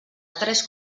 tres